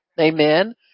Amen